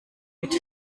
mit